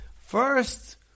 first